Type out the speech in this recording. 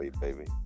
baby